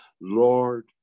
Lord